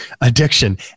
addiction